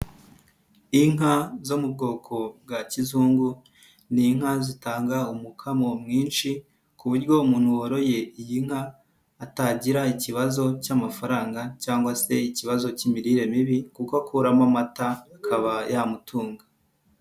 Inka zo mu bwoko bwa kizungu, ni inka zitanga umukamo mwinshi ku buryo umuntu woroye iyi nka atagira ikibazo cy'amafaranga cyangwa se ikibazo cy'imirire mibi kuko akuramo amata akaba yamutunga.